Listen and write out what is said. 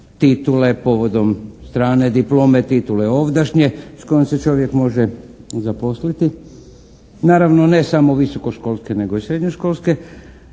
titule povodom strane diplome, titule ovdašnje s kojom se čovjek može zaposliti. Naravno, ne samo visokoškolske, nego i srednjoškolske,